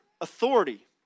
authority